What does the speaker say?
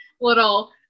little